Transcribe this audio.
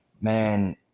man